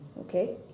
Okay